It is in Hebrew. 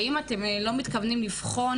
האם אתם לא מתכוונים לבחון,